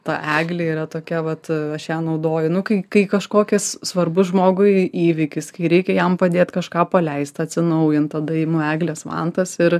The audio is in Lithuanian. ta eglė yra tokia vat aš ją naudoju nu kai kažkokis svarbus žmogui įvykis kai reikia jam padėt kažką paleist atsinaujint tada imu eglės vantas ir